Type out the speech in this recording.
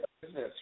business